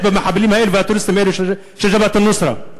במחבלים האלה והטרוריסטים האלה של "ג'בהת א-נוסרה".